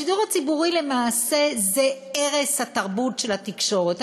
השידור הציבורי למעשה זה ערש התרבות של התקשורת.